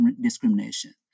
discrimination